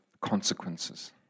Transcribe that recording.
consequences